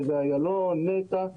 נתיבי איילון ונת"ע.